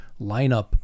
lineup